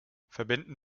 verbinden